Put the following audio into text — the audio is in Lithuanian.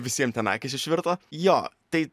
visiem ten akys išvirto jo tai